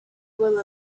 will